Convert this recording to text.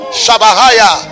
shabahaya